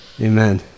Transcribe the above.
Amen